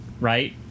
Right